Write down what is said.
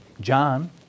John